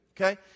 okay